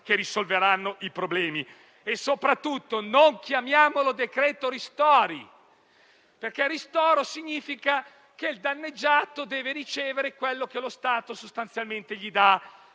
che risolveranno i problemi. Soprattutto non chiamiamolo decreto ristori perché ristoro significa che il danneggiato deve ricevere quello che lo Stato sostanzialmente gli dà;